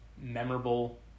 memorable